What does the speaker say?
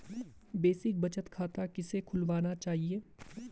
Basic बचत खाता किसे खुलवाना चाहिए?